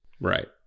right